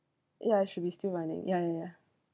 yeah should be still running yeah yeah yeah